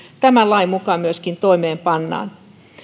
tämän lain mukaan myöskin toimeenpannaan